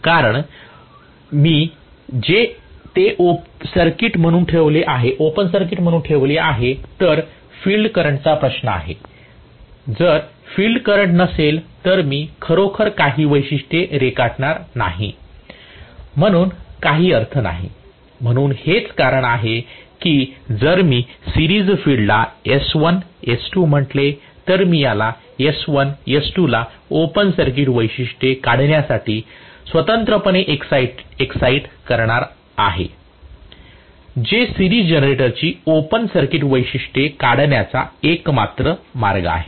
कारण जर मी ते ओपन सर्किट म्हणून ठेवले तर फील्ड करंटचा प्रश्न आहे जर फील्ड करंट नसेल तर मी खरोखरच काही वैशिष्ट्य रेखाटणार नाही म्हणून काही अर्थ नाही म्हणून हेच कारण आहे की जर मी सिरीज फील्डला S1 S2 म्हटले तर मी या S1 S2 ला ओपन सर्किट वैशिष्ट्ये काढण्यासाठी स्वतंत्रपणे एक्साईट करणार आहे जे सिरीज जनरेटरची ओपन सर्किट वैशिष्ट्ये काढण्याचा एकमात्र मार्ग आहे